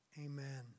Amen